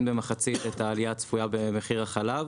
במחצית את העלייה הצפויה במחיר החלב.